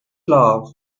love